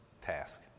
task